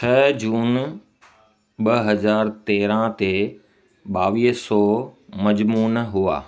छह जून ॿ हज़ार तेरहं ते ॿावीह सौ मजमून हुआ